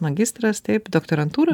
magistras taip doktorantūra